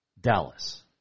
Dallas